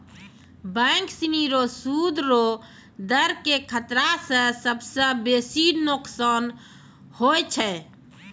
bank सिनी रो सूद रो दर के खतरा स सबसं बेसी नोकसान होय छै